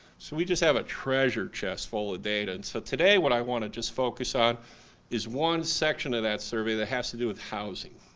so we just have a treasure chest full of ah data. and so today what i want to just focus on is one section of that survey that has to do with housing.